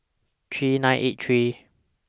three nine eight three